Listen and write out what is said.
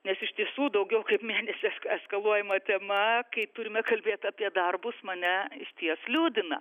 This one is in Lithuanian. nes iš tisų daugiau kaip mėnesį eskaluojama tema kai turime kalbėt apie darbus mane išties liūdina